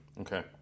Okay